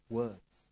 words